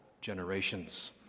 generations